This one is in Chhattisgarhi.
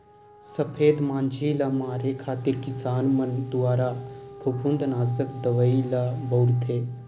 सफेद मांछी ल मारे खातिर किसान मन दुवारा फफूंदनासक दवई ल बउरथे